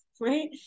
Right